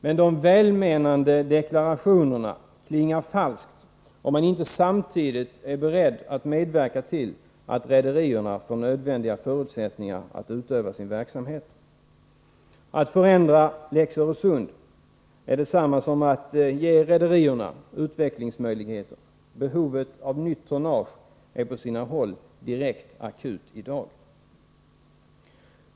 Men de välmenande deklarationerna klingar falskt om man inte samtidigt är beredd att medverka till att rederierna får nödvändiga förutsättningar för att utöva sin verksamhet. Att förändra lex Öresund är detsamma som att ge rederierna utvecklingsmöjligheter. Behovet av nytt tonnage är på sina håll direkt akut i dag.